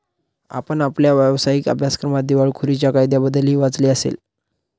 आपण आपल्या व्यावसायिक अभ्यासक्रमात दिवाळखोरीच्या कायद्याबद्दलही वाचले असेल